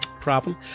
problem